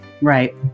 right